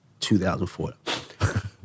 2004